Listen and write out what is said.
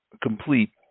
complete